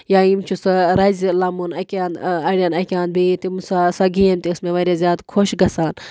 یا یِم چھِ سۄ رَزِ لَمُن اَکہِ اَنٛدٕ اَڑٮ۪ن اَکہِ اَنٛدٕ بیٚیہِ تِم سۄ سۄ گیم تہِ ٲسۍ مےٚ واریاہ زیادٕ خۄش گژھان